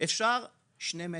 אפשר שני מטרים,